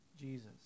Jesus